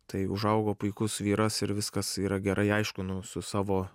tai užaugo puikus vyras ir viskas yra gerai aišku su savo